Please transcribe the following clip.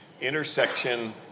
intersection